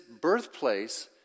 birthplace